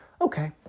okay